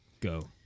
Go